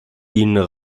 dienen